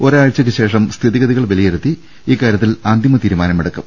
ഒരാഴ്ചക്ക് ശേഷം സ്ഥിതിഗതികൾ വില യിരുത്തി ഇക്കാര്യത്തിൽ അന്തിമതീരുമാനമെടുക്കും